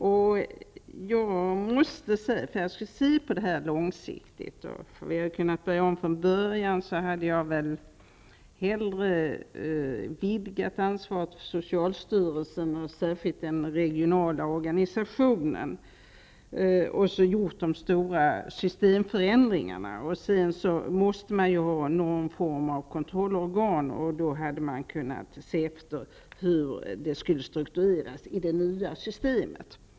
Om vi hade kunnat börja om från början hade jag hellre sett att ansvaret vidgats för socialstyrelsen och särskilt den regionala organisationen och att vi gjort de stora systemförändringarna. Sedan måste man ha någon form av kontrollorgan. Då hade man kunnat se efter hur det skulle struktureras i det nya systemet.